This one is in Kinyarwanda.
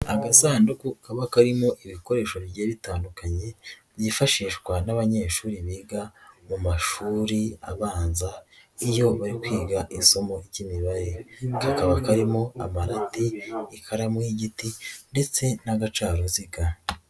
Agasanduku kaba karimo ibikoresho bigiye bitandukanye, byifashishwa n'abanyeshuri biga mu mashuri abanza. Iyo bari kwiga isomo ry'imibare. Kakaba karimo amarati, ikaramu y'igiti, ndetse n'agacaruziga.